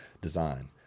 design